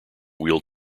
wheel